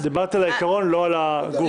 דיברתי על העיקרון, לא על ההצעה גופה.